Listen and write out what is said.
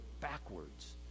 backwards